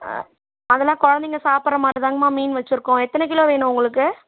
அதெல்லாம் குழந்தைங்க சாப்பிட்ற மாதிரிதாங்கம்மா மீன்லாம் வைச்சிருக்கோம் எத்தனை கிலோ வேணும் உங்களுக்கு